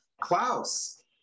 Klaus